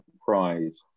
prize